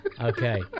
Okay